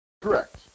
Correct